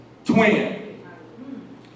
twin